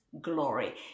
glory